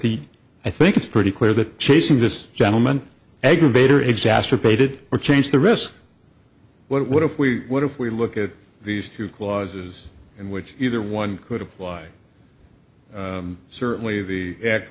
the i think it's pretty clear that chasing this gentleman aggravator exacerbated or changed the risk what if we would if we look at these two clauses in which either one could apply certainly the act